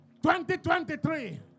2023